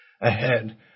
ahead